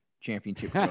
championship